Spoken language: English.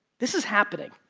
this is happening,